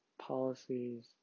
policies